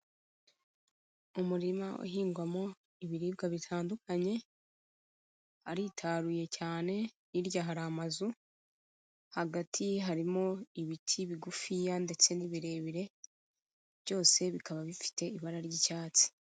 Umurima uhingwamo ibiribwa bitandukanye, haritaruye cyane, hirya hari amazu, hagati harimo ibiti bigufiya ndetse n'ibirebire, byose bikaba bifite ibara ry'icyatsi.